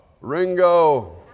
Ringo